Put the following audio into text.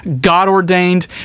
God-ordained